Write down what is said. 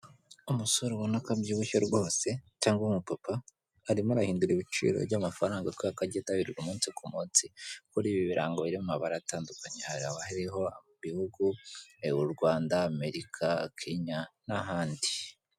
Umusore ubona ko abyibushye rwose cyangwa umupapa arimo ahindura ibiciro by'amafaranga kubera ko ajya abihindura umunsi ku munsi, kuri ibi birango by'amabara atandukanye haba hariho ibihugu u Rwanda Amerika Kenya n'ahandi.